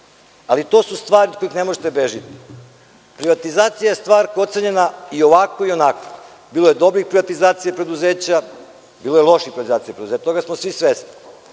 To su stvari od kojih ne možete da bežite. Privatizacija je stvar koja je ocenjena i ovako i onako. Bilo je dobrih privatizacija preduzeća, bilo je loših privatizacija preduzeća. Toga smo svi svesni,